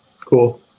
Cool